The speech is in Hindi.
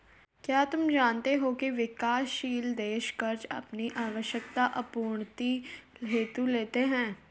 क्या तुम जानते हो की विकासशील देश कर्ज़ अपनी आवश्यकता आपूर्ति हेतु लेते हैं?